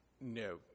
No